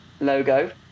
logo